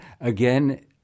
again